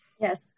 Yes